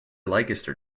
leicester